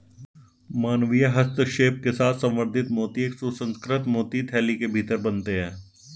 मानवीय हस्तक्षेप के साथ संवर्धित मोती एक सुसंस्कृत मोती थैली के भीतर बनते हैं